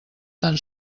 tan